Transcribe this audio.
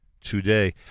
today